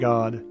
God